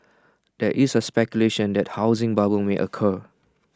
there is A speculation that A housing bubble may occur